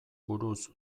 buruz